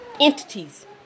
entities